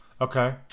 Okay